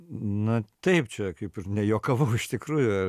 na taip čia kaip ir nejuokavau iš tikrųjų